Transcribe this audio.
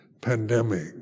pandemic